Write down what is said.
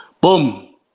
boom